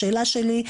השאלה שלי,